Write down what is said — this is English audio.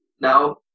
Now